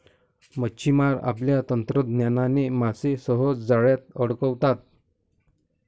मच्छिमार आपल्या तंत्रज्ञानाने मासे सहज जाळ्यात अडकवतात